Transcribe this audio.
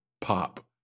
pop